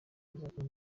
kuzakora